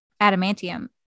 adamantium